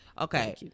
Okay